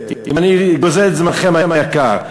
אם אני גוזל את זמנכם היקר.